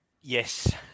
Yes